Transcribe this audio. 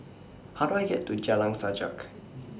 How Do I get to Jalan Sajak